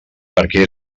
perquè